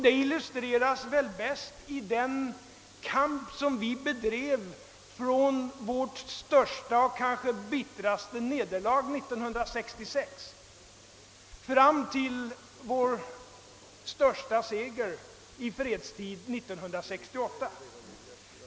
Det illustreras väl bäst i den kamp som vi bedrev från vårt största och kanske bittraste nederlag 1966 fram till vår största seger i fredstid 1968.